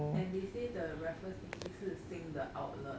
and they say the raffles city 是新的 outlet